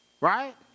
Right